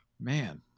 Man